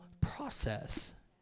process